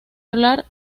hablar